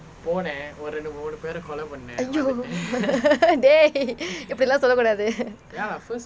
!aiyo! dey இப்படி எல்லாம் சொல்ல கூடாது:ippadi ellaam solla kudaathu